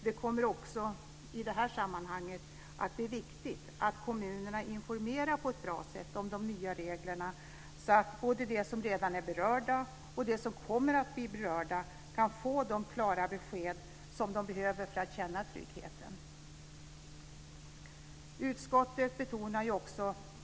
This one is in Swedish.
Det kommer också i det här sammanhanget att bli viktigt att kommunerna informerar på ett bra sätt om de nya reglerna så att både de som redan är berörda och de som kommer att bli berörda ska få de klara besked som de behöver för att känna tryggheten.